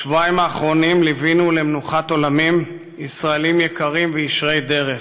בשבועיים האחרונים ליווינו למנוחת עולמים ישראלים יקרים וישרי דרך.